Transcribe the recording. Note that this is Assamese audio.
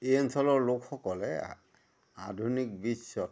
এই অঞ্চলৰ লোকসকলে আধুনিক বিশ্বত